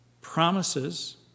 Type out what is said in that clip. Promises